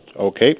Okay